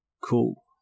cool